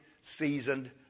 seasoned